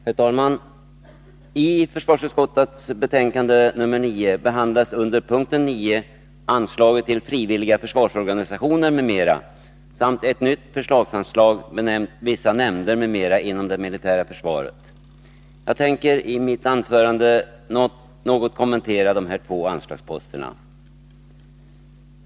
Herr talman! I försvarsutskottets betänkande nr9 behandlas under punkten 9 anslaget Frivilliga försvarsorganisationer m.m. samt ett nytt förslagsanslag benämnt Vissa nämnder m.m. inom det militära försvaret. Jag tänker i mitt anförande något kommentera de här två anslagsposterna.